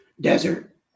desert